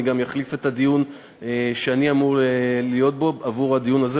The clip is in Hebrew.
אני אחליף את הדיון שאני אמור להיות בו עבור הדיון הזה,